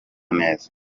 neza